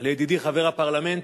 לידידי חבר הפרלמנט,